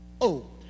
old